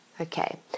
okay